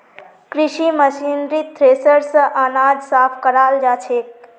कृषि मशीनरीत थ्रेसर स अनाज साफ कराल जाछेक